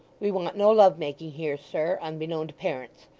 we want no love-making here, sir, unbeknown to parents.